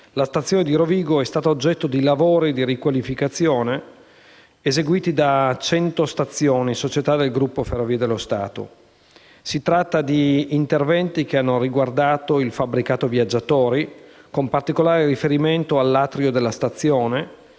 la stazione di Rovigo è stata oggetto di lavori di riqualificazione eseguiti da Centostazioni, società del Gruppo Ferrovie dello Stato. Si tratta di interventi che hanno riguardato il fabbricato viaggiatori, con particolare riferimento all'atrio di stazione,